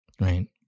right